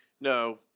No